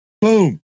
Boom